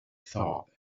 thought